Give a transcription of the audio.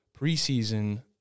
preseason